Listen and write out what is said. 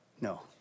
No